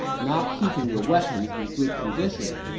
not keeping your weapons in good condition,